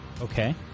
Okay